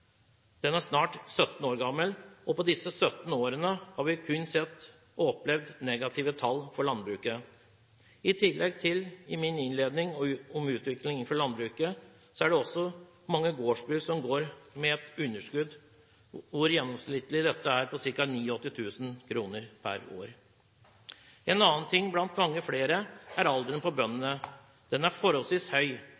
Den er snart 17 år gammel. På disse 17 årene har vi kun sett negative tall for landbruket. I tillegg til det jeg sa i min innledning om utvikling innenfor landbruket, er det også mange gårdsbruk som går med et underskudd – gjennomsnittlig er dette på ca. 89 000 kr per år. En annen ting, blant mange flere, er alderen på